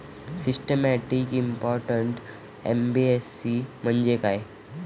Systematically important NBFC म्हणजे काय?